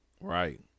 Right